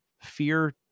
fear